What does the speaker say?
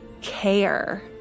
care